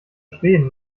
schweden